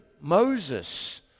Moses